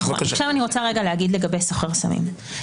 לגבי סוחר סמים,